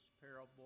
parable